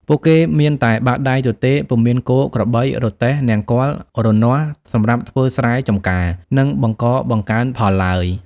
ពួកគេមានតែបាតដៃទទេ ពុំមានគោ ក្របី រទេះ នង្គ័ល រនាស់ សម្រាប់ធ្វើស្រែចម្ការ និងបង្កបង្កើនផលឡើយ។